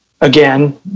again